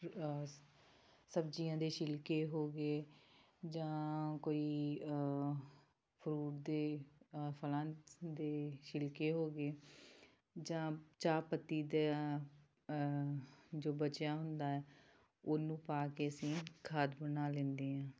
ਸਬਜ਼ੀਆਂ ਦੇ ਛਿਲਕੇ ਹੋ ਗਏ ਜਾਂ ਕੋਈ ਫਰੂਟ ਦੇ ਫਲਾਂ ਦੇ ਛਿਲਕੇ ਹੋ ਗਏ ਜਾਂ ਚਾਹ ਪੱਤੀ ਦਾ ਜੋ ਬਚਿਆ ਹੁੰਦਾ ਉਹਨੂੰ ਪਾ ਕੇ ਅਸੀਂ ਖਾਦ ਬਣਾ ਲੈਂਦੇ ਹਾਂ